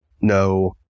no